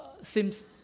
seems